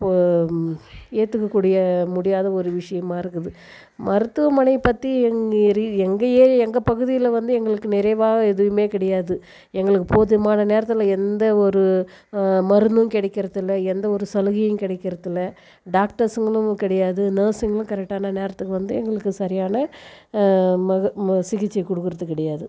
ஏற்றுக்கக்கூடிய முடியாத ஒரு விஷயமாக இருக்குது மருத்துவமனை பற்றி எங்கள் ஏ எங்கள் ஏரியா எங்கள் பகுதியில் வந்து எங்களுக்கு நிறைவாக எதுவுமே கிடையாது எங்களுக்கு போதுமான நேரத்தில் எந்த ஒரு மருந்தும் கிடைக்கிறது இல்லை எந்த ஒரு சலுகையும் கிடைக்கிறது இல்லை டாக்டர்ஸுங்களும் கிடையாது நர்ஸுங்களும் கரெக்ட்டான நேரத்துக்கு வந்து எங்களுக்கு சரியான ம சிகிச்சை கொடுக்கறது கிடையாது